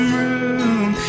room